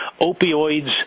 opioids